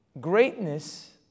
greatness